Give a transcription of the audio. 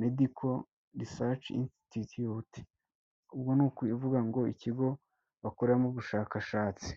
Medical Research Institute ubwo ni ukuvuga ngo ikigo bakoreramo ubushakashatsi.